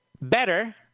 Better